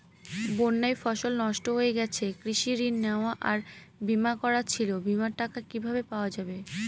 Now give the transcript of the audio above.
বন্যায় ফসল নষ্ট হয়ে গেছে কৃষি ঋণ নেওয়া আর বিমা করা ছিল বিমার টাকা কিভাবে পাওয়া যাবে?